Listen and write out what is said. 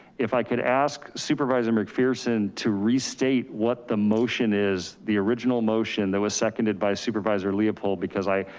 if i could ask supervisor mcpherson to restate what the motion is, the original motion, that was seconded by supervisor leopold because i,